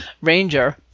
ranger